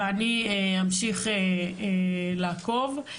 ואני אמשיך לעקוב.